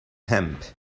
hemp